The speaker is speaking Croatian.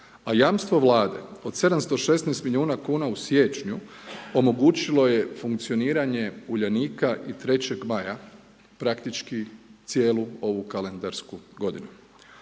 a jamstvo vlade od 716 milijuna kn u siječnju omogućilo je funkcioniranje Uljanika i 3.Maja praktički cijelu ovu kalendarsku g.